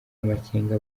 amakenga